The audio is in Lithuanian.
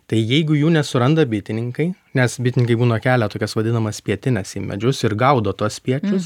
tai jeigu jų nesuranda bitininkai nes bitininkai būna kelia tokias vadinamas pietines į medžius ir gaudo tuos spiečius